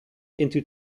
into